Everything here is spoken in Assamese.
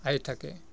আহি থাকে